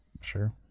Sure